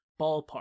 ballpark